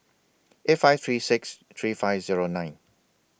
eight five three six three five Zero nine